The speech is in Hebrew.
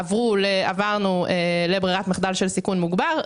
זה שעברנו לברירת מחדל של סיכון מוגבר.